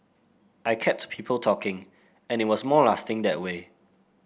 I kept people talking and it was more lasting that way